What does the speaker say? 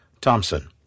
Thompson